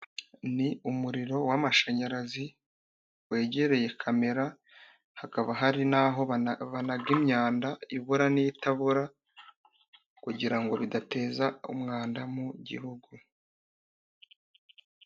Ni umuriro w'amashanyarazi wegereye kamera, hakaba hari n'aho banaga imyanda ibora n'itabora kugira ngo bidateza umwanda mu gihugu.